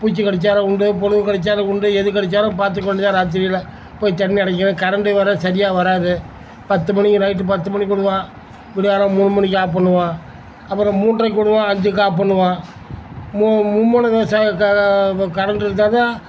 பூச்சி கடித்தாலும் உண்டு புழு கடித்தாலும் உண்டு எது கடித்தாலும் பார்த்துக்க வேண்டியது தான் ராத்திரியில் போய் தண்ணி அடைக்கணும் கரெண்டு வேறு சரியாக வராது பத்து மணிக்கு நைட்டு பத்து மணிக்கு விடுவான் விடியற்காலம் மூணு மணிக்கு ஆஃப் பண்ணுவான் அப்புறம் மூன்றைக்கு விடுவான் அஞ்சுக்கு ஆஃப் பண்ணுவான் மூ மும்முனை ச க கரெண்டு இழுத்தாத்தான்